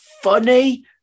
funny